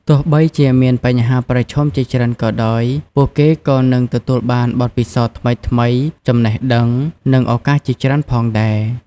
ទោះបីជាមានបញ្ហាប្រឈមជាច្រើនក៏ដោយ ពួកគេក៏នឹងទទួលបានបទពិសោធន៍ថ្មីៗ ចំណេះដឹង និងឱកាសជាច្រើនផងដែរ។